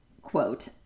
quote